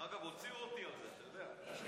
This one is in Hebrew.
דרך אגב, הוציאו אותי על זה, אתה יודע.